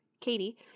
Katie